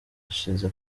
hashize